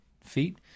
feet